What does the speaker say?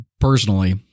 personally